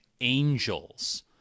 angels